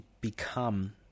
become